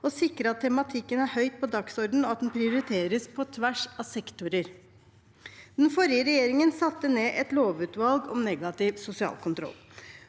og sikre at tematikken er høyt på dagsordenen, og at den prioriteres på tvers av sektorer. Den forrige regjeringen satte ned et lovutvalg om negativ sosial kontroll.